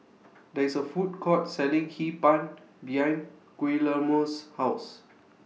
There IS A Food Court Selling Hee Pan behind Guillermo's House